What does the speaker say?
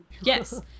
Yes